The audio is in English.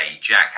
Jack